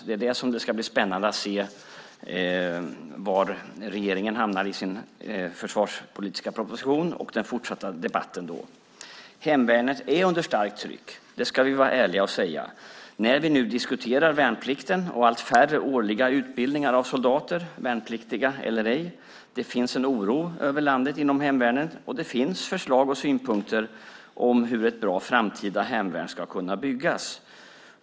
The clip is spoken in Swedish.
Det ska bli spännande att se var regeringen hamnar i sin försvarspolitiska proposition och följa den försvarspolitiska debatten då. Hemvärnet är under starkt tryck. Det ska vi vara ärliga och säga när vi nu diskuterar värnplikten och allt färre årliga utbildningar av soldater, värnpliktiga eller ej. Det finns en oro över landet inom hemvärnet, och det finns förslag och synpunkter på hur ett bra framtida hemvärn ska kunna byggas.